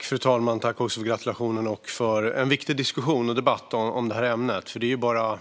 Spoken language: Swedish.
Fru talman! Tack för gratulationerna och för en viktig diskussion och debatt om det här ämnet! Det är ju bara